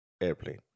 airplane